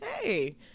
hey